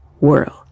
world